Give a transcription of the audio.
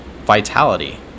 vitality